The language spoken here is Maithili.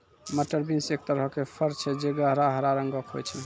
मटर बींस एक तरहो के फर छै जे गहरा हरा रंगो के होय छै